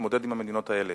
ולהתמודד עם המדינות האלה?